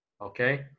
okay